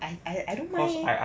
I I I don't know leh